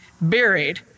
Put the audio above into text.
buried